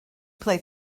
play